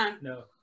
No